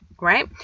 right